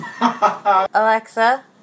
Alexa